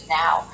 now